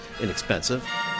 inexpensive